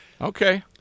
Okay